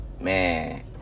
Man